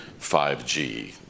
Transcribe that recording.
5g